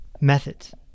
methods